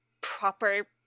proper